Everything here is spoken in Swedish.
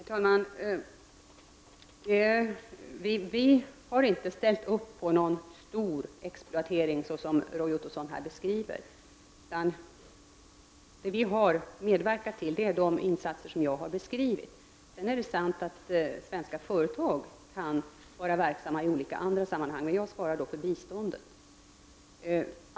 Herr talman! Vi har inte ställt upp på någon stor exploatering av det slag som Roy Ottosson här beskrivit. Vi har medverkat till de insatser jag redogjort för i svaret. Sedan är det sant att svenska företag kan vara verksamma i olika sammanhang, men jag svarar alltså för biståndet.